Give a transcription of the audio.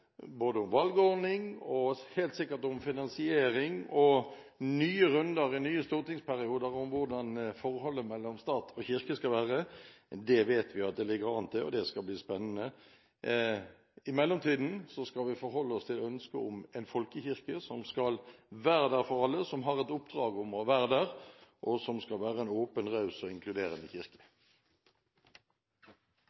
både om valgordning og helt sikkert om finansiering, og nye runder i nye stortingsperioder om hvordan forholdet mellom stat og kirke skal være. Det vet vi at det ligger an til, og det skal bli spennende. I mellomtiden skal vi forholde oss til et ønske om en folkekirke, som skal være der for alle, som har et oppdrag om å være der, og som skal være en åpen, raus og inkluderende kirke.